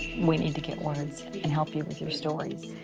we need to get words and help you with your stories.